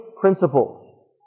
principles